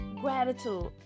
Gratitude